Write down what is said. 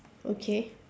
okay